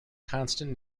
constant